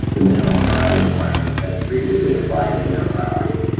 the minimum parking requirements that previously applied in their property,